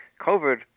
COVID